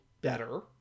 better